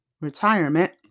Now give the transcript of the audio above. retirement